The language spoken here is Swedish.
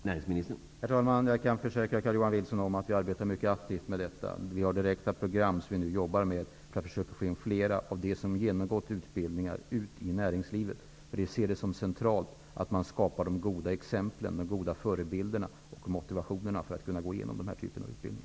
Herr talman! Jag kan försäkra Carl-Johan Wilson att vi arbetar mycket aktivt med detta. Vi har direkta program som vi nu jobbar med för att försöka få ut i näringslivet fler av dem som har genomgått utbildningar. Vi ser det såsom centralt att man skapar goda exempel och förebilder, som kan motivera ungdomar att gå igenom denna typ av utbildning.